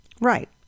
Right